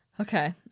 Okay